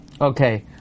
Okay